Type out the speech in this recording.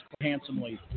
handsomely